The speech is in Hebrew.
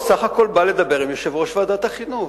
הוא סך הכול בא לדבר עם יושב-ראש ועדת החינוך,